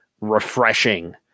refreshing